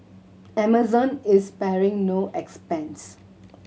Amazon is sparing no expense